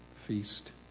feast